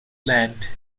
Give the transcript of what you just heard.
plant